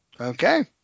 Okay